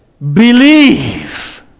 believe